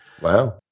Wow